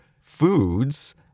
foods